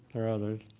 are others.